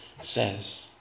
says